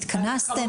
התכנסתם?